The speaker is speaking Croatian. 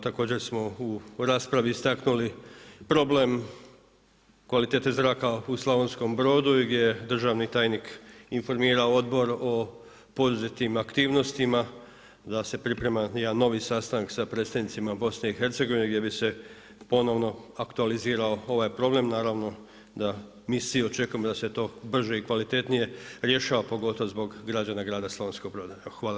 Također smo u raspravi istaknuli problem kvalitete zraka u Slavonskom Brodu i gdje državni tajnik informirao odbor o poduzetim aktivnostima, da se priprema jedan novi sastanak sa predstavnicima BIH gdje bi se ponovno aktualizirao ovaj problem, naravno da mi svi očekujemo da se to brže i kvalitetnije rješava, pogotovo zbog građana grada Slavonskog Broda.